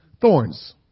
thorns